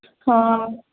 ହଁ